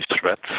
threats